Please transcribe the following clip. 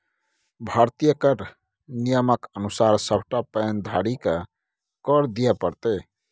भारतीय कर नियमक अनुसार सभटा पैन धारीकेँ कर दिअ पड़तै